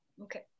Okay